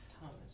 Thomas